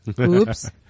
Oops